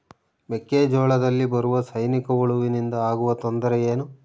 ಮೆಕ್ಕೆಜೋಳದಲ್ಲಿ ಬರುವ ಸೈನಿಕಹುಳುವಿನಿಂದ ಆಗುವ ತೊಂದರೆ ಏನು?